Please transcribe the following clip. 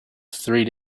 three